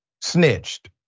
snitched